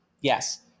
Yes